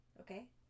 Okay